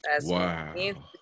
Wow